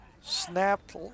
snapped